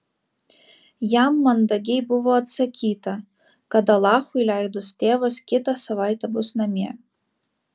jam mandagiai buvo atsakyta kad alachui leidus tėvas kitą savaitę bus namie